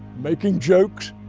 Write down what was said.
making jokes,